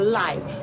life